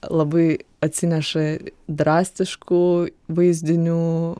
labai atsineša drastiškų vaizdinių